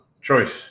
Choice